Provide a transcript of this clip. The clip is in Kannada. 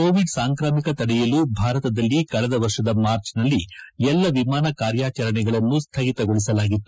ಕೋವಿಡ್ ಸಾಂಕಾಮಿಕ ತಡೆಯಲು ಭಾರತದಲ್ಲಿ ಕಳೆದ ವರ್ಷದ ಮಾರ್ಚ್ನಲ್ಲಿ ಎಲ್ಲ ವಿಮಾನ ಕಾರ್ಯಾಚರಣೆಗಳನ್ನು ಸ್ನಗಿತಗೊಳಿಸಲಾಗಿತ್ತು